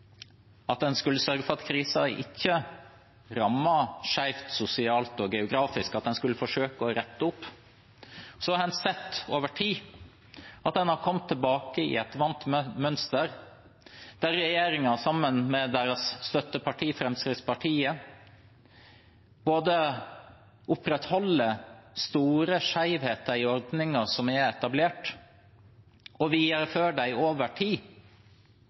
at krisen ikke rammet sosialt og geografisk skjevt – en skulle forsøke å rette opp. Men en har dessverre over tid sett at en har kommet tilbake til et vant mønster, der regjeringen, sammen med støttepartiet deres, Fremskrittspartiet, opprettholder store skjevheter i ordninger som har blitt etablert, og viderefører dem over tid.